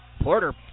Porter